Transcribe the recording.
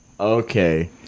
Okay